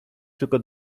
tylko